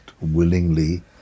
willingly